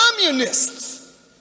communists